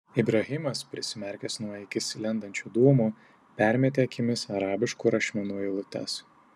ibrahimas prisimerkęs nuo į akis lendančių dūmų permetė akimis arabiškų rašmenų eilutes